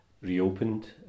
reopened